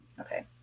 Okay